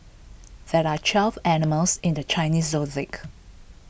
there are twelve animals in the Chinese Zodiac